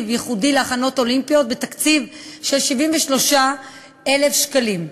ייחודי להכנות אולימפיות בסכום של 73,000 שקלים.